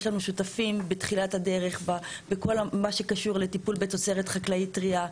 יש לנו שותפים בתחילת הדרך בכל מה שקשור לטיפול בתוצרת חקלאית טרייה,